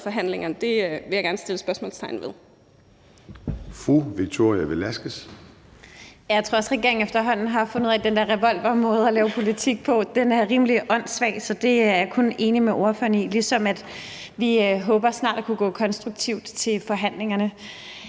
forhandlingerne, vil jeg gerne stille spørgsmålstegn ved.